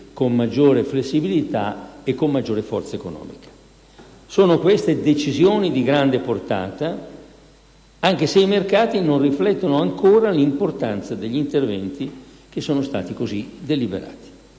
con maggiore flessibilità e con maggiore forza economica. Sono decisioni importanti, di grande portata, anche se i mercati non riflettono ancora l'importanza degli interventi che sono stati così deliberati.